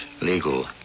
legal